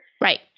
Right